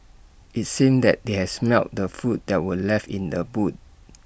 IT seemed that they had smelt the food that were left in the boot